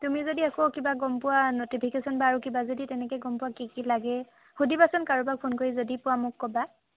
তুমি যদি একো কিবা গম পোৱা নটিফিকেশ্যন বা আৰু কিবা যদি তেনেকৈ গম পোৱা কি কি লাগে সুধিবাচোন কাৰোবাক ফোন কৰি যদি পোৱা মোক ক'বা